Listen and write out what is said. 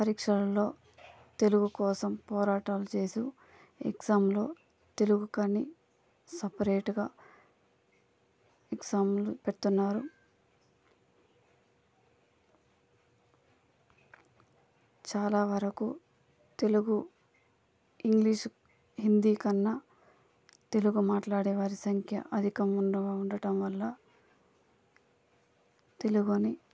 పరీక్షల్లో తెలుగు కోసం పోరాటాలు చేసాం ఎగ్జామ్లో తెలుగు కానీ సపరేట్గా ఎగ్జామ్లు పెడుతున్నారు చాలావరకు తెలుగు ఇంగ్లీష్ హిందీ కన్నా తెలుగు మాట్లాడే వారి సంఖ్య అధికంగా ఉండ ఉండటం వల్ల తెలుగుని